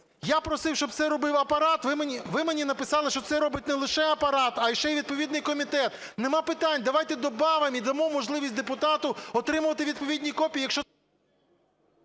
Я просив, щоб це робив Апарат. Ви мені написали, що це робить не лише Апарат, а іще й відповідний комітет. Нема питань. Давайте добавимо і дамо можливість депутату отримувати відповіді копії,